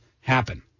happen